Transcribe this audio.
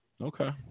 Okay